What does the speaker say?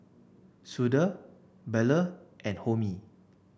Sudhir Bellur and Homi